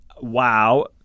Wow